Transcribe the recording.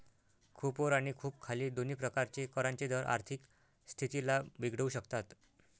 खूप वर आणि खूप खाली दोन्ही प्रकारचे करांचे दर आर्थिक स्थितीला बिघडवू शकतात